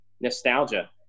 nostalgia